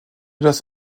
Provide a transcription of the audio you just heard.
das